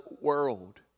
world